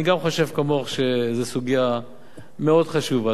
גם אני חושב כמוך שזו סוגיה מאוד חשובה.